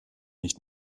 nicht